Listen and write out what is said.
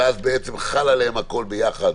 ואז חל עליהם הכול ביחד,